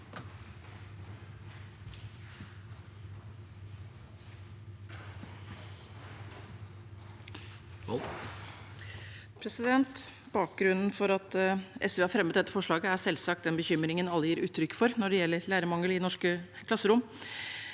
Bakgrunnen for at SV har fremmet dette forslaget, er selvsagt den bekymringen alle gir uttrykk for når det gjelder lærermangel i norske klasserom.